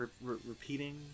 repeating